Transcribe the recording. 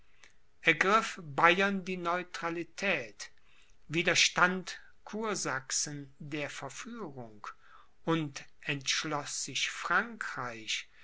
bayern die neutralität widerstand kursachsen der verführung und entschloß sich frankreich